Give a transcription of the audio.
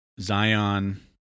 Zion